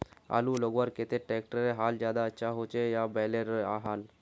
आलूर लगवार केते ट्रैक्टरेर हाल ज्यादा अच्छा होचे या बैलेर हाल?